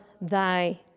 thy